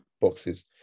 boxes